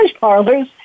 parlors